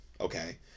okay